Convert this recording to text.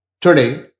Today